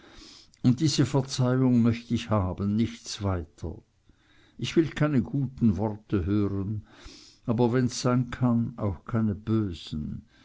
und diese verzeihung möcht ich haben nichts weiter ich will keine guten worte hören aber wenn's sein kann auch keine bösen